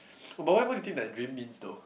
oh but what what you think that dream means though